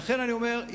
לכן אני אומר,